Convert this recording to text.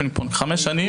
ממש פינג פונג, חמש שנים.